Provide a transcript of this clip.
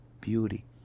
beauty